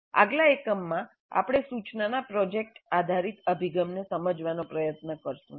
આગલા એકમમાં આપણે સૂચનાના પ્રોજેક્ટ આધારિત અભિગમને સમજવાનો પ્રયત્ન કરીશું